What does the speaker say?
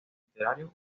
literarios